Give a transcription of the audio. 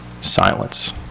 Silence